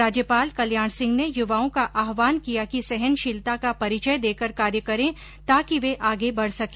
राज्यपाल कल्याण सिंह ने युवाओं का आहवान किया कि सहनशीलता का परिचय देकर कार्य करे ताकि वे आगे बढ़ सके